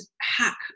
hack